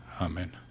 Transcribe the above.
Amen